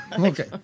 Okay